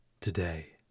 today